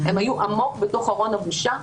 הם היו עמוק בתוך ארון הבושה,